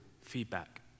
feedback